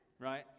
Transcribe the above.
right